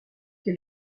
que